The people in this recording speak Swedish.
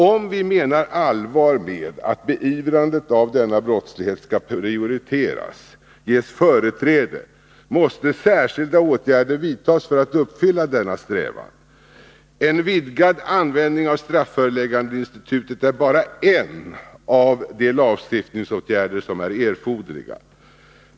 Om vi menar allvar med att beivrandet av denna brottslighet skall prioriteras, ges företräde, måste särskilda åtgärder vidtas för att uppfylla denna strävan. En vidgad användning av strafföreläggandeinstitutet är bara en av de lagstiftningsåtgärder som är erforderliga.